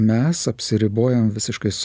mes apsiribojom visiškais